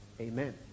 Amen